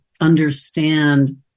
understand